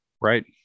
Right